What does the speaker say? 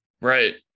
Right